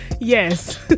Yes